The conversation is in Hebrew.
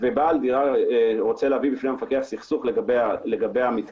ובעל דירה רוצה להביא בפני המפקח סכסוך לגבי המתקן.